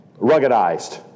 ruggedized